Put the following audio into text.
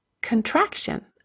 contraction